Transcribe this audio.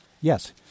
Yes